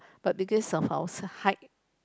but because of our height